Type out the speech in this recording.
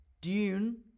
Dune